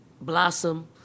blossom